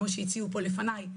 כמו שהציעו פה לפניי,